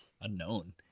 unknown